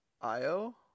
IO